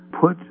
put